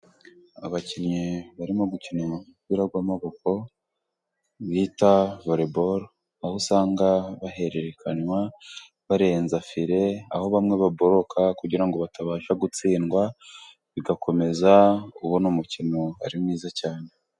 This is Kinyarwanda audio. Abakinnyi barimo gukina umupira w'amaboko bita vore boro, aho usanga bahererekanya barenza fire. Aho bamwe baboroka kugira ngo batabasha gutsindwa bagakomeza kubona umukino wari mwiza cyane.